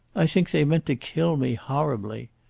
i think they meant to kill me horribly.